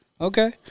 Okay